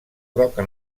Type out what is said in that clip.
roca